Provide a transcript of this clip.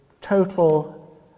total